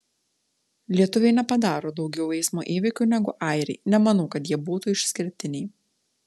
lietuviai nepadaro daugiau eismo įvykių negu airiai nemanau kad jie būtų išskirtiniai